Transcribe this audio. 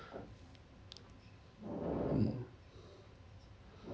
mm